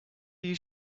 you